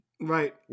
Right